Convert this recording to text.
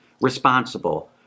responsible